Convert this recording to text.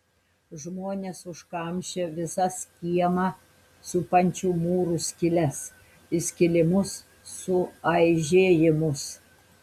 žmonės užkamšė visas kiemą supančių mūrų skyles įskilimus suaižėjimus